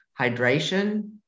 hydration